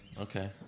Okay